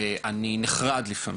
ואני נחרד לפעמים,